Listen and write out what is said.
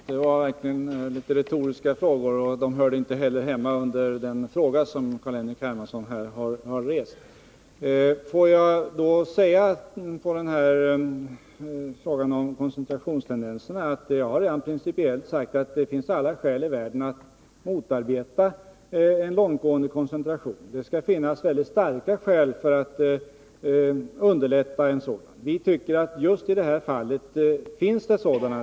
Herr talman! Det var verkligen mycket retoriska spörsmål, och de hörde inte heller hemma under den fråga som Carl-Henrik Hermansson här har rest. På frågan om koncentrationstendenserna vill jag säga att jag redan framhållit att det principiellt finns alla skäl i världen för att motarbeta en långtgående koncentration. Det skall finnas väldigt starka skäl för att underlätta en sammanslagning genom skattebefrielse. Vi tycker att det just i det här fallet finns sådana.